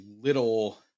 little